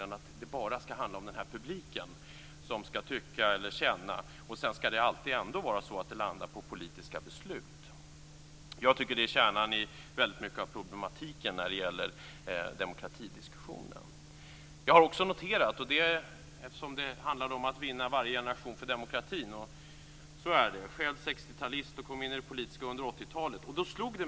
Det skall bara handla om publiken som skall tycka och känna, och sedan skall det ändå alltid landa på politiska beslut. Jag tycker att det är kärnan i väldigt mycket av problematiken när det gäller demokratidiskussionen. Det handlar om att vinna varje generation för demokratin. Så är det. Själv är jag 60-talist och kom in i det politiska livet under 1980-talet.